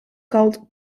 called